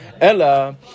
Ella